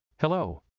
Hello